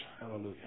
Hallelujah